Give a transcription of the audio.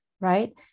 right